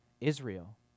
Israel